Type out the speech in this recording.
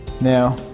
Now